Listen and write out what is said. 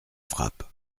frappe